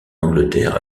angleterre